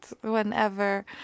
whenever